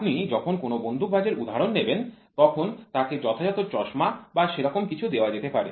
আপনি যখন কোনও বন্দুকবাজের উদাহরণ নেবেন তখন তাকে যথাযথ চশমা বা সেরকম কিছু দেওয়া যেতে পারে